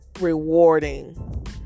rewarding